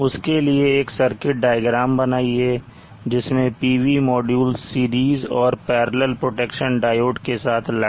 उसके लिए एक सर्किट डायग्राम बनाइए जिसमें PV मॉड्यूल सीरीज और पार्लर प्रोटेक्शन डायोड के साथ के साथ होगा